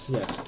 Yes